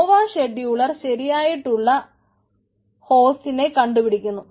Nova scheduler ശരിയായിട്ടുള്ള ഹോസ്റ്റിനെ കണ്ടുപിടിക്കുന്നു